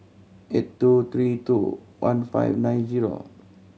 eight two three two one five nine zero